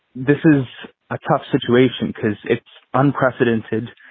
this is a tough situation because it's unprecedented.